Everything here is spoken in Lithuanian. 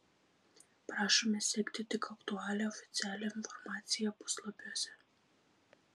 prašome sekti tik aktualią oficialią informaciją puslapiuose